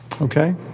Okay